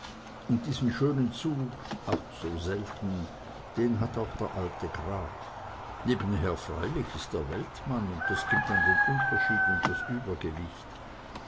und diesen schönen zug ach so selten den hat auch der alte graf nebenher freilich ist er weltmann und das gibt dann den unterschied und das übergewicht